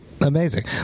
amazing